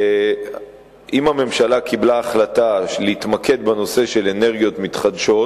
אם הממשלה קיבלה החלטה להתמקד בנושא של אנרגיות מתחדשות